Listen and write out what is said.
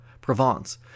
Provence